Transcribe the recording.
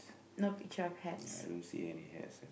no picture of hats